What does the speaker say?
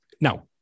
now